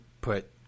put